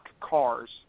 cars